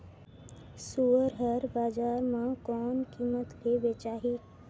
सुअर हर बजार मां कोन कीमत ले बेचाही?